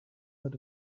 that